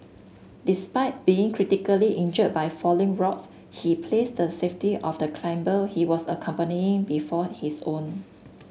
despite being critically injured by falling rocks he placed the safety of the climber he was accompanying before his own